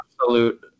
absolute